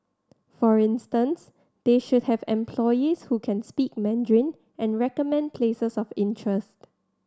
for instance they should have employees who can speak Mandarin and recommend places of interest